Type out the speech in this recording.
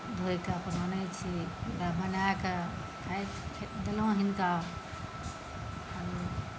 धोए कऽ अपन आनै छी ओकरा बनाकऽ देलहुँ हिनका